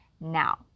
Now